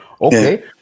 Okay